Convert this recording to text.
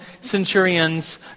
centurions